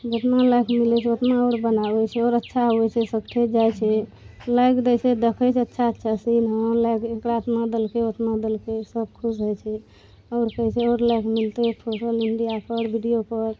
जितना लाइक मिलै छै ओतना आओर बनाबै छै आओर अच्छा होइ छै सकते जाइ छै लाइक दै छै बहुत अच्छा अच्छा सीन हँ लाइक एकरा एतना देलकै ओतना देलकै सब खुश होइ छै आओर कहै छै आओर लाइक मिलतै सोशल मीडिआ पर वीडियो पर